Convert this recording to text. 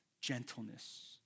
gentleness